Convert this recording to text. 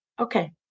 Okay